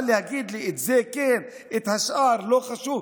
אבל להגיד לי: זה כן, והשאר לא חשוב.